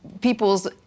people's